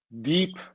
deep